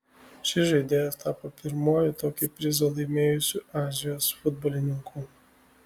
šis žaidėjas tapo pirmuoju tokį prizą laimėjusiu azijos futbolininku